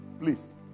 Please